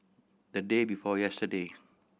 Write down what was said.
the day before yesterday